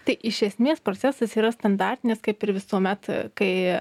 tai iš esmės procesas yra standartinis kaip ir visuomet kai